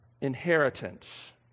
inheritance